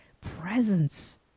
presence